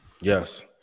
Yes